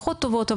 פחות טובות,